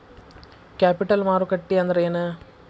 Capital ಮಾರುಕಟ್ಟಿ ಅಂದ್ರೇನ?